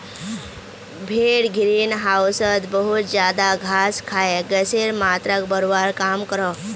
भेड़ ग्रीन होउसोत बहुत ज्यादा घास खाए गसेर मात्राक बढ़वार काम क्रोह